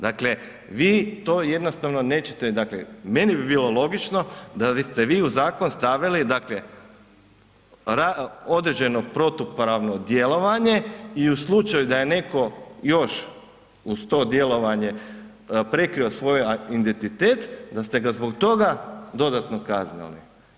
Dakle, vi to jednostavno nećete, meni bi bilo logično da ste vi u zakon stavili određenu protupravno djelovanje i u slučaju da je netko još uz to djelovanje prekrio svoj identitet da ste ga zbog toga dodatno kaznili.